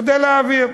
כדי להעביר.